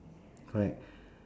correct